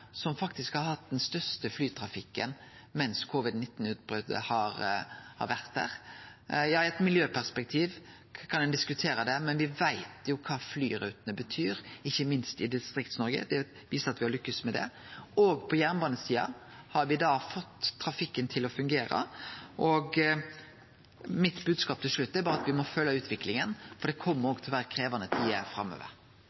som faktisk har hatt den største flytrafikken mens covid-19-utbrotet har vore der. I eit miljøperspektiv kan ein diskutere det, men me veit jo kva flyrutene betyr, ikkje minst i Distrikts-Noreg. Det viser seg at me har lukkast med det. Òg på jernbanesida har me fått trafikken til å fungere. Mitt bodskap til slutt er at me må følgje utviklinga, for det